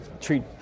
treat